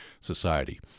society